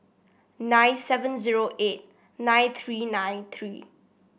nine seven zero eight nine three nine three